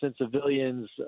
civilians